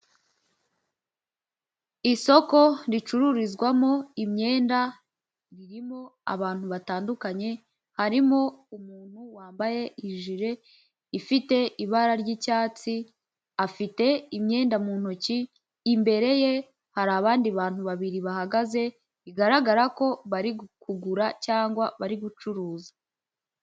Isoko ricururizwamo imyenda, ririmo abantu batandukanye, harimo umuntu wambaye ijire ifite ibara ry'icyatsi, afite imyenda mu ntoki, imbere ye hari abandi bantu babiri bahagaze, bigaragara ko bari kugura cyangwa bari gucuruza.